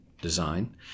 design